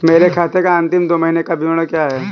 मेरे खाते का अंतिम दो महीने का विवरण क्या है?